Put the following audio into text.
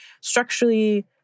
structurally